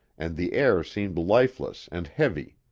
and the air seemed lifeless and heavy.